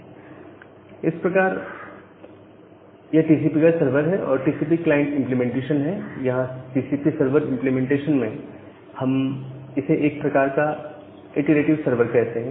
यह एक प्रकार का टीसीपी सर्वर है और टीसीपी क्लाइंट इंप्लीमेंटेशन है जहां टीसीपी सर्वर इंप्लीमेंटेशन में हम इसे एक प्रकार का इटरेटिव सर्वर कहते हैं